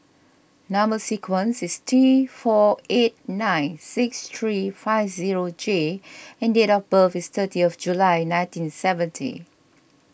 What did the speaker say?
Number Sequence is T four eight nine six three five zero J and date of birth is thirtieth July nineteen seventy